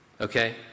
Okay